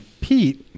Pete